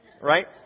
right